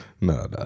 no